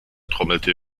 trommelte